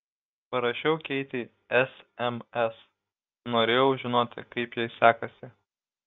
parašiau keitei sms norėjau žinoti kaip jai sekasi